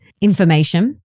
information